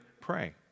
pray